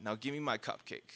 now give me my cupcake